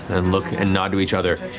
and look and nod to each other.